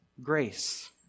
grace